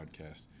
podcast